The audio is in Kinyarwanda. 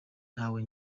ntawe